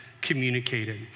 communicated